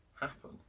happen